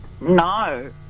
No